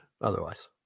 otherwise